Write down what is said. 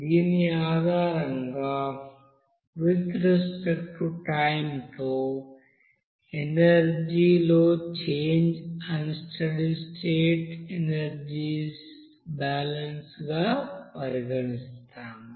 దీని ఆధారంగా with respect to time తో ఎనర్జీ లో change unsteady state energy balance గా పరిగణిస్తాము